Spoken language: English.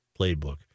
Playbook